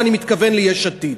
ואני מתכוון ליש עתיד.